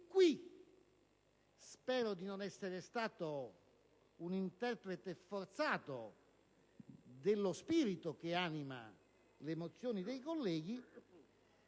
qui - spero di non essere stato un interprete forzato dello spirito che anima le mozioni dei colleghi